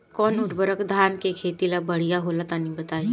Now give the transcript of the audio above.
कौन उर्वरक धान के खेती ला बढ़िया होला तनी बताई?